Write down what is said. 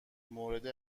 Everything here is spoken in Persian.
مورد